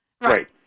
Right